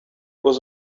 was